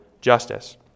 justice